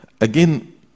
Again